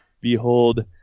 Behold